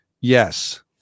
Yes